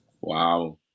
Wow